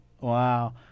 Wow